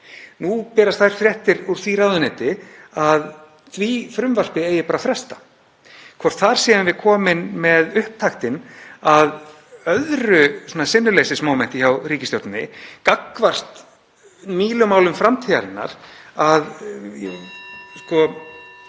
Nú berast þær fréttir úr því ráðuneyti að því frumvarpi eigi bara að fresta. Kannski erum við þar komin með upptaktinn að öðru sinnuleysismómenti hjá ríkisstjórninni gagnvart Mílumálum framtíðarinnar.